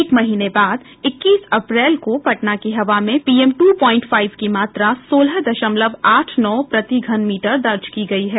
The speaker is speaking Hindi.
एक महीने बाद इक्कीस अप्रैल को पटना की हवा में पीएम दू प्वाइट फाइव की मात्रा सोलह दशमलव आठ नौ प्रतिघन मीटर दर्ज की गयी है